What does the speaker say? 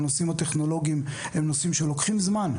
הנושאים הטכנולוגיים הם נושאים שלוקחים זמן.